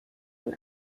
von